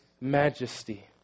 majesty